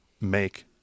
make